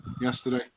yesterday